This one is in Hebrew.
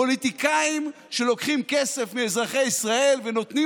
פוליטיקאים שלוקחים כסף מאזרחי ישראל ונותנים